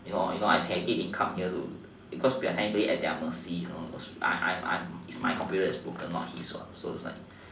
you know you know I technically didn't come here to because we are technically at their mercy you know I I it's my computer that is broken not his what